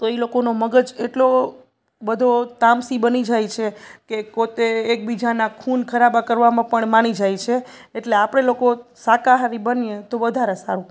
તો એ લોકોનો મગજ એટલો બધો તામસી બની જાય છે કે કોતે એકબીજાના ખૂન ખરાબા કરવામાં પણ માની જાય છે એટલે આપણે લોકો શાકાહારી બનીએ તો વધારે સારું